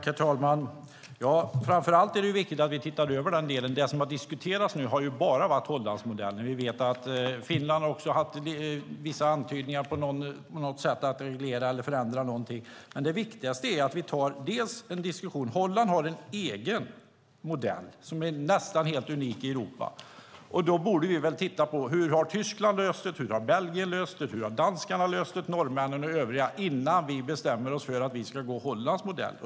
Herr talman! Framför allt är det viktigt att vi tittar över den här delen. Det som har diskuterats nu har bara varit Hollandsmodellen. Vi vet att Finland har haft vissa antydningar om att reglera eller förändra. Det viktigaste är att vi tar en diskussion. Holland har en egen modell som är nästan unik i Europa. Vi borde väl titta på hur Tyskland, Belgien, Danmark, Norge och övriga har löst det innan vi bestämmer oss för att vi ska använda Hollands modell.